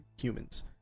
humans